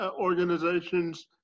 organizations